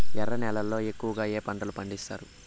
ఎర్ర నేలల్లో ఎక్కువగా ఏ పంటలు పండిస్తారు